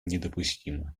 недопустимо